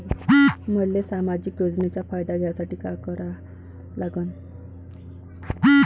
मले सामाजिक योजनेचा फायदा घ्यासाठी काय करा लागन?